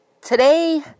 today